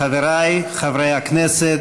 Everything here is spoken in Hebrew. חבריי חברי הכנסת,